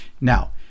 Now